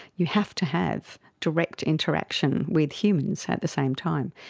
you have to have direct interaction with humans at the same time.